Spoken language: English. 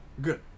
Good